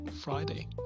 Friday